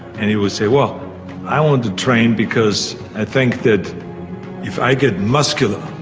and he will say well i want to train because i think that if i get muscular